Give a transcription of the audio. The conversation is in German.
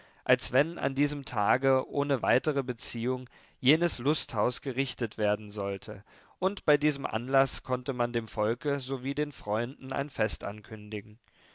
als wenn an diesem tage ohne weitere beziehung jenes lusthaus gerichtet werden sollte und bei diesem anlaß konnte man dem volke sowie den freunden ein fest ankündigen